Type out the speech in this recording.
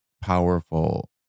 powerful